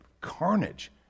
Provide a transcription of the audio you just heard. carnage